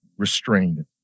restrained